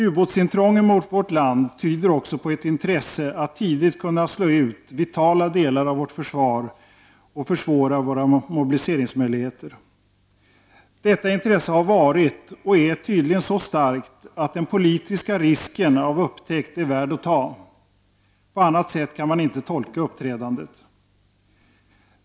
Ubåtsintrången mot vårt land tyder också på ett intresse av att tidigt kunna slå ut vitala delar av vårt försvar och att försämra våra mobiliseringsmöjligheter. Detta intresse har varit och är tydligen så starkt att den politiska risken av upptäckt är värd att ta. På annat sätt kan man inte tolka uppträdandet.